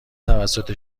توسط